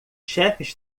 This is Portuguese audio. chefes